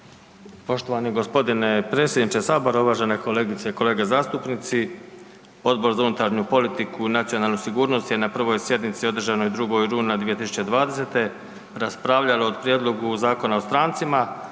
Poštovani g. predsjedniče sabora, uvažene kolegice i kolege zastupnici. Odbor za unutarnju politiku i nacionalnu sigurnost je na prvoj sjednici održanoj 2. rujna 2020. raspravljalo o prijedlogu Zakona o strancima,